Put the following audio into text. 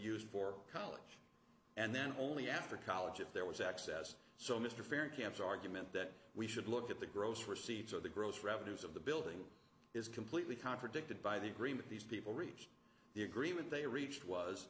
used for college and then only after college if there was access so mr farron camps argument that we should look at the gross receipts of the gross revenues of the building is completely contradicted by the agreement these people reached the agreement they reached was